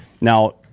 now